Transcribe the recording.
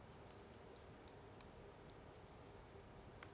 mm